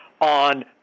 on